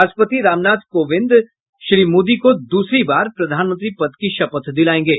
राष्ट्रपति रामनाथ कोविंद श्री मोदी को द्रसरी बार प्रधानमंत्री पद की शपथ दिलायेंगे